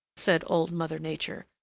said old mother nature.